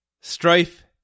strife